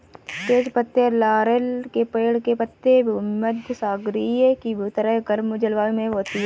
तेज पत्ते लॉरेल के पेड़ के पत्ते हैं भूमध्यसागरीय की तरह गर्म जलवायु में होती है